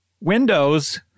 Windows